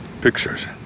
Pictures